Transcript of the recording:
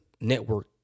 network